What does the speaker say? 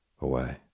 Away